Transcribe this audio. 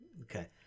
Okay